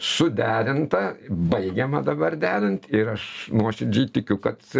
suderinta baigiama dabar derint ir aš nuoširdžiai tikiu kad